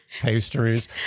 pastries